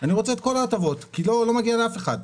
אני רוצה את כל ההטבות כי לא מגיע לאף אחד.